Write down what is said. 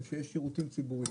איפה שיש שירותים ציבוריים,